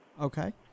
Okay